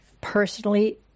personally